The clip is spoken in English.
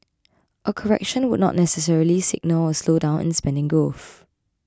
a correction would not necessarily signal a slowdown in spending growth